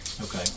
Okay